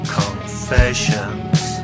confessions